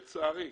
לצערי,